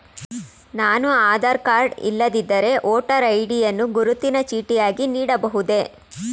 ನಾನು ಆಧಾರ ಕಾರ್ಡ್ ಇಲ್ಲದಿದ್ದರೆ voter ID ಯನ್ನು ಗುರುತಿನ ಚೀಟಿಯಾಗಿ ನೀಡಬಹುದೇ?